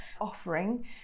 offering